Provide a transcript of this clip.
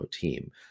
team